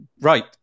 Right